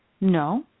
No